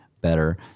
better